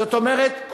זאת אומרת,